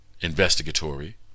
investigatory